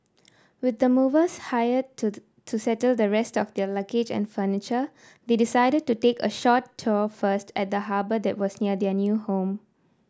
with the movers hired to the settle the rest of their luggage and furniture they decided to take a short tour first of at the harbour that was near their new home